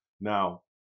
Now